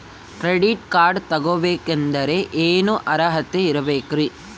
Credit card ತೊಗೋ ಬೇಕಾದರೆ ಏನು ಅರ್ಹತೆ ಇರಬೇಕ್ರಿ?